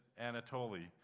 Anatoly